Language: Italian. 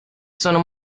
sono